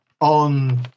on